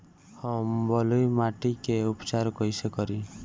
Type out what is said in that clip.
हम बलुइ माटी के उपचार कईसे करि?